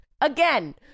again